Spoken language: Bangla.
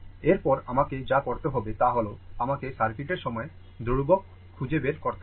এরপর আমাকে যা করতে হবে তা হল আমাকে সার্কিটের সময় ধ্রুবক খুঁজে বের করতে হবে